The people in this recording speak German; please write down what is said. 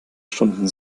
stunden